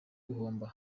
guhomba